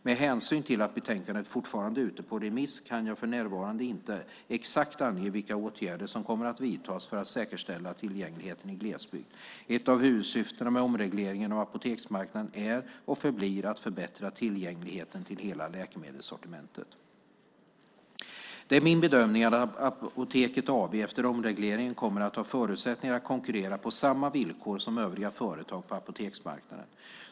Med hänsyn till att betänkandet fortfarande är ute på remiss kan jag för närvarande inte exakt ange vilka åtgärder som kommer att vidtas för att säkerställa tillgängligheten i glesbygd. Ett av huvudsyftena med omregleringen av apoteksmarknaden är och förblir att förbättra tillgängligheten till hela läkemedelssortimentet. Det är min bedömning att Apoteket AB efter omregleringen kommer att ha förutsättningar att konkurrera på samma villkor som övriga företag på apoteksmarknaden.